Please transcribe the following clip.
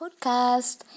Podcast